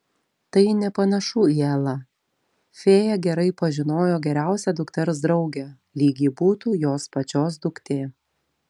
tai nepanašu į elą fėja gerai pažinojo geriausią dukters draugę lyg ji būtų jos pačios duktė